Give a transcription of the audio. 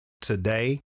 today